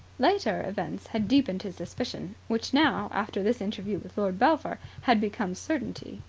later events had deepened his suspicion, which now, after this interview with lord belpher, had become certainty.